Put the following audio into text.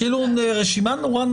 רשימה נורא,